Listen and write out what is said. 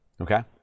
Okay